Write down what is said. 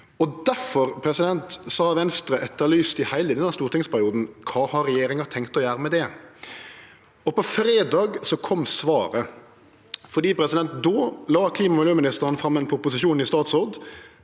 Difor har Venstre i heile denne stortingsperioden etterlyst kva regjeringa har tenkt å gjere med det. På fredag kom svaret. Då la klima- og miljøministeren fram ein proposisjon i statsråd